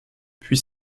puis